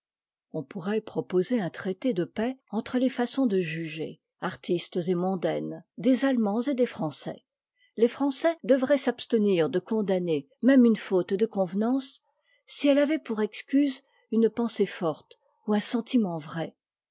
on pourrait proposer un traité de paix entre les façons de juger artistes et mondaines des allemands et des français les francais devraient s'abstenir de condamner même une faute de convenance si ette avait pour excuse une pensée forte où un sentiment vrai